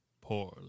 poorly